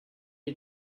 you